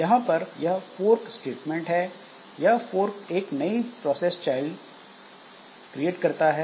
यहां पर यह फोर्क स्टेटमेंट है यह फोर्क एक नयी प्रोसेस चाइल्ड प्रोसेस क्रिएट करता है